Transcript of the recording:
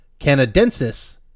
Canadensis